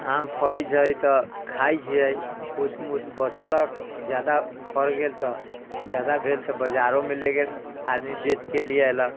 आम फड़ै छै तऽ आम खाइ छियै कुछ मुछ बचलक जादा फड़ि गेल तऽ जादा भेल तऽ बजारो मे ले गेल आदमी बेच के ले अयलक